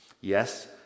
Yes